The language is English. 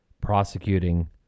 prosecuting